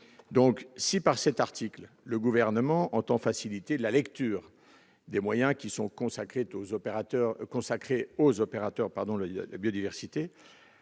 Si, par cet article, le Gouvernement entend faciliter la lecture des moyens consacrés aux opérateurs de la biodiversité,